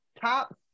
top